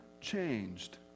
changed